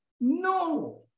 No